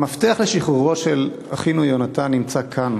המפתח לשחרורו של אחינו יהונתן נמצא כאן,